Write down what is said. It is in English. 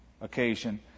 occasion